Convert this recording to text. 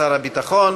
הביטחון.